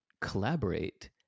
collaborate